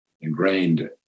ingrained